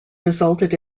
resulted